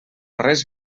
res